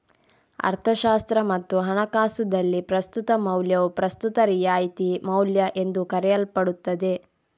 ಅರ್ಥಶಾಸ್ತ್ರ ಮತ್ತು ಹಣಕಾಸುದಲ್ಲಿ, ಪ್ರಸ್ತುತ ಮೌಲ್ಯವು ಪ್ರಸ್ತುತ ರಿಯಾಯಿತಿ ಮೌಲ್ಯಎಂದೂ ಕರೆಯಲ್ಪಡುತ್ತದೆ